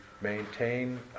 maintain